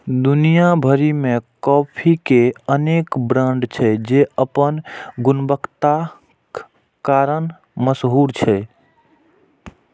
दुनिया भरि मे कॉफी के अनेक ब्रांड छै, जे अपन गुणवत्ताक कारण मशहूर छै